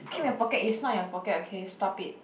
keep in your pocket it's not in your pocket okay stop it